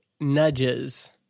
nudges